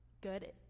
good